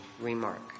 remark